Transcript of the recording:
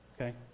Okay